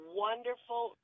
wonderful